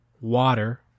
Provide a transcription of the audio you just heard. water